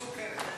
סוכרת.